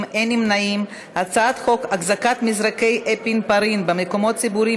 כעת נצביע על הצעת חוק החזקת מזרקי אפינפרין במקומות ציבוריים,